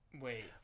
Wait